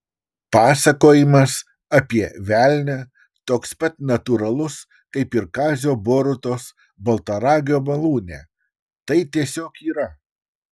pasakojimas apie velnią toks pat natūralus kaip ir kazio borutos baltaragio malūne tai tiesiog yra